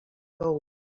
gold